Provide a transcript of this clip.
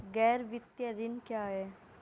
गैर वित्तीय ऋण क्या है?